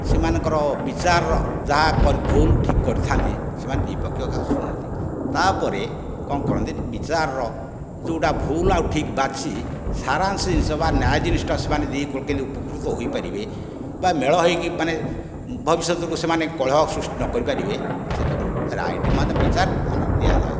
ସେମାନଙ୍କର ବିଚାରର ଯାହା କରି ଭୁଲ ଠିକ କରିଥାନ୍ତି ସେମାନେ ଦୁଇ ପକ୍ଷକା ଶୁଣନ୍ତି ତା'ପରେ କ'ଣ କରନ୍ତି ବିଚାରର ଯେଉଁଟା ଭୁଲ ଆଉ ଠିକ ବାଛି ସାରାଂଶ ଜିନିଷ ବା ନ୍ୟାୟ ଜିନିଷଟା ସେମାନେ ଦୁଇ କୁଳ କେମିତି ଉପକୃତ ହୋଇପାରିବେ ବା ମେଳ ହୋଇକି ମାନେ ଭବିଷ୍ୟତକୁ ସେମାନେ କଳହ ସୃଷ୍ଟି ନ କରିପାରିବେ ସେହି ଯୋଗୁଁ ରାଇଟ୍ ମାନେ ବିଚାର ମାନେ ଦିଆଯାଏ